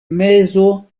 mezo